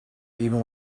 even